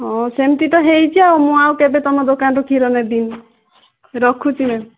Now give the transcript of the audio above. ହଁ ସେମିତି ତ ହୋଇଛି ଆଉ ମୁଁ ଆଉ କେବେ ତମ ଦୋକାନରୁ କ୍ଷୀର ନେବିନି ରଖୁଛି ମ୍ୟାମ୍